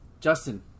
Justin